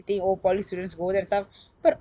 oh poly students go there and stuff but